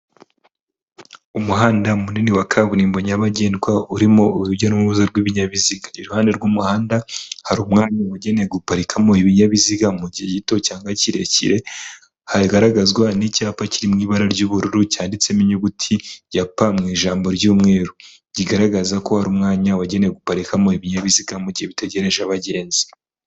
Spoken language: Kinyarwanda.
Umuhanda munini wa kaburimbo nyabagendwa, urimo urujya n'uruza rw'ibinyabiziga, iruhande rw'umuhanda hari umwanya ugenewe guparikamo ibinyabiziga mu gihe gito cyangwa kirekire, hagaragazwa n'icyapa kiri mu ibara ry'ubururu cyanditsemo inyuguti ya P mu ijambo ry'umweru, bigaragaza ko hari umwanya wagenewe guparikamo ibinyabiziga mu gihe bitegereje abagenzi.